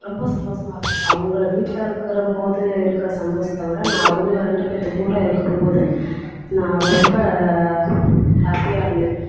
ரொம்ப சந்தோஷமா இருக்கேன் அவங்க வீட்டில் இருக்கற போது இருக்கிற சந்தோஷத்தவிட நான் அவங்க ரெண்டு பேர்த்துக் கூட இருக்கும்போது நான் ரொம்ப ஹேப்பியாக இருந்தேன்